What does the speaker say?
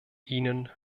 ihnen